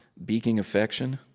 beaking affection?